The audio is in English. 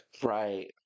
Right